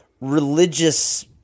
religious